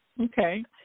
Okay